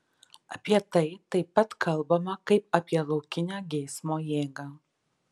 apie tai taip pat kalbama kaip apie laukinę geismo jėgą